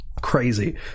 crazy